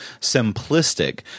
simplistic